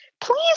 Please